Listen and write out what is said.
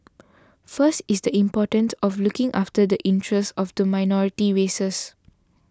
first is the important of looking after the interest of the minority races